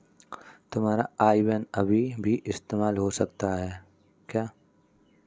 तुम्हारा IBAN अभी भी इस्तेमाल हो सकता है क्या?